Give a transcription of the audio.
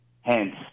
hence